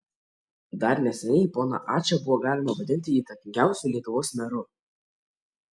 dar neseniai poną ačą buvo galima vadinti įtakingiausiu lietuvos meru